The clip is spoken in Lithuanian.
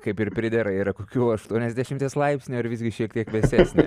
kaip ir pridera yra kokių aštuoniasdešimties laipsnių ar visgi šiek tiek vėsesnė